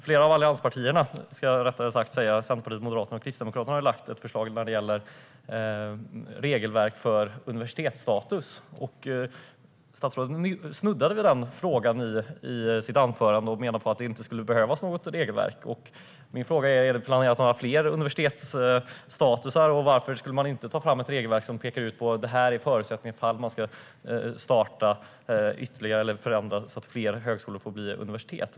Flera av allianspartierna - Centerpartiet, Moderaterna och Kristdemokraterna - har lagt fram ett förslag om regelverk för universitetsstatus. Statsrådet snuddade vid den frågan i sitt anförande och menade att det inte skulle behövas något regelverk. Planeras universitetsstatus på fler håll? Och varför skulle man inte ta fram ett regelverk som pekar ut förutsättningarna för att förändra så att fler högskolor får bli universitet?